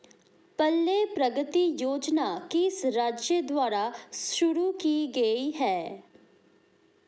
पल्ले प्रगति योजना किस राज्य द्वारा शुरू की गई है?